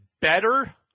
better